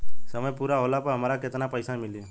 समय पूरा होला पर हमरा केतना पइसा मिली?